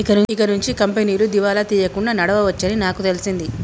ఇకనుంచి కంపెనీలు దివాలా తీయకుండా నడవవచ్చని నాకు తెలిసింది